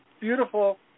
beautiful